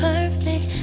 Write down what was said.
perfect